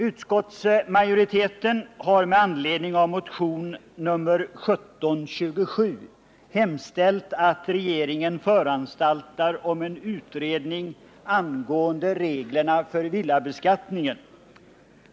Utskottsmajoriteten har med anledning av motionen 1727 hemställt att regeringen föranstaltar om en utredning angående reglerna för villabeskattningen.